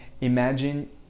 Imagine